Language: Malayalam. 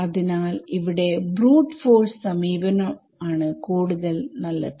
അതിനാൽ ഇവിടെ ബ്രൂട്ട് ഫോഴ്സ് സമീപനം ആണ് കൂടുതൽ നല്ലത്